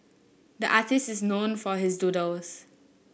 the artist is known for his doodles